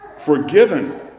Forgiven